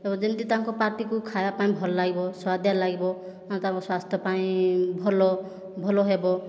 ତା' ପରେ ଯେମିତି ତାଙ୍କ ପାଟିକୁ ଖାଇବା ପାଇଁ ଭଲ ଲାଗିବ ସୁଆଦିଆ ଲାଗିବ ଆଉ ତା' ପରେ ସ୍ୱାସ୍ଥ୍ୟ ପାଇଁ ଭଲ ଭଲ ହେବ